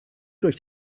durch